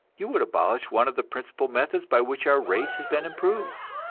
you would abolish one of the principal methods by which our race has been improved.